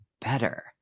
better